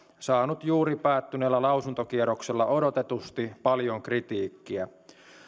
saanut juuri päättyneellä lausuntokierroksella odotetusti paljon kritiikkiä